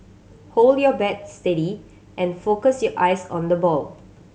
hold your bat steady and focus your eyes on the ball